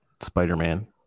Spider-Man